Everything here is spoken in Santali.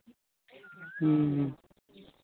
ᱦᱮᱸ